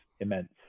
immense